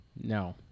no